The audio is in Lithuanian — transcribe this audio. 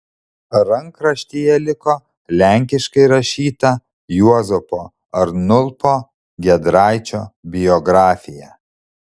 rankraštyje liko lenkiškai rašyta juozapo arnulpo giedraičio biografija